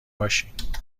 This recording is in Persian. باشین